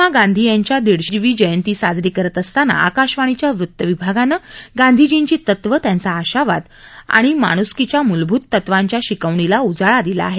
महात्मा गांधी यांच्या दीडशेवी जयंती साजरी करत असताना आकाशवाणीच्या वृत विभागानं गांधीजींची तत्व त्यांचा आशावाद आणि माण्सकीच्या मूलभूत तत्वांच्या शिकवणीला उजाळा दिला आहे